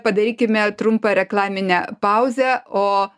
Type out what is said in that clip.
padarykime trumpą reklaminę pauzę o